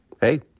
Hey